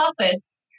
office